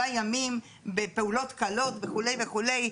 בפעולות קלות וכולה וכולה.